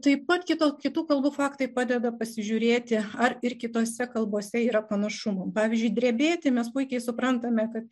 taip pat kito kitų kalbų faktai padeda pasižiūrėti ar ir kitose kalbose yra panašumų pavyzdžiui drebėti mes puikiai suprantame kad